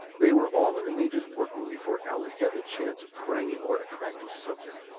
they were all in the major's workroom before allan had the chance of trying a more attractive subject.